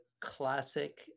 classic